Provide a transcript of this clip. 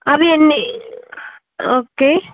అవి ఎన్ని ఓకే